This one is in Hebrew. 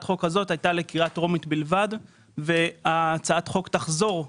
החוק הזאת הייתה לקריאה טרומית בלבד וההצעת חוק תחזור.